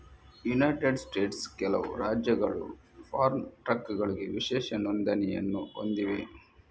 United ಸ್ಟೇಟ್ಸ್ನ ಕೆಲವು ರಾಜ್ಯಗಳು ಫಾರ್ಮ್ ಟ್ರಕ್ಗಳಿಗೆ ವಿಶೇಷ ನೋಂದಣಿಯನ್ನು ಹೊಂದಿವೆ